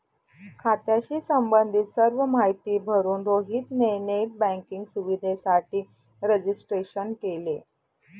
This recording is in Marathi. खात्याशी संबंधित सर्व माहिती भरून रोहित ने नेट बँकिंग सुविधेसाठी रजिस्ट्रेशन केले